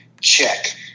check